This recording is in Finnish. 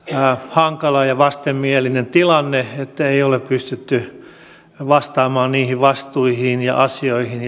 hankala ja ja vastenmielinen tilanne ettei ole pystytty vastaamaan niihin vastuihin ja asioihin